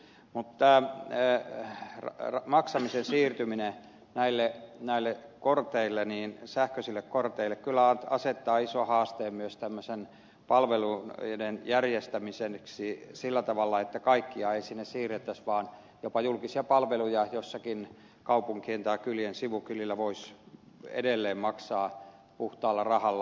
mutta maksamisen siirtyminen näille sähköisille korteille kyllä asettaa ison haasteen myös tämmöisten palveluiden järjestämiseksi sillä tavalla että kaikkia ei sinne siirrettäisi vaan jopa julkisia palveluja jossakin kaupunkien tai kylien sivukylillä voisi edelleen maksaa puhtaalla rahalla